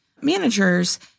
managers